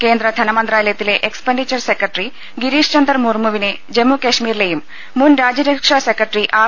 കേന്ദ്ര ധനമന്ത്രാലയത്തിലെ expenditure secretary Girish Chander മുർമുവിനെ ജമ്മുകശ്മീരി ലെയും മുൻ രാജ്യരക്ഷാ സെക്രട്ടറി ആർ